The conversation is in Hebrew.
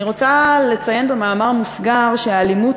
אני רוצה לציין במאמר מוסגר שהאלימות